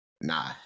Nah